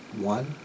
one